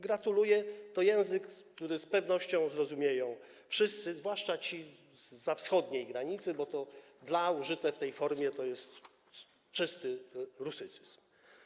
Gratuluję, to język, który z pewnością zrozumieją wszyscy, zwłaszcza ci zza wschodniej granicy, bo to „dla” użyte w tej konstrukcji to czysty rusycyzm.